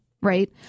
right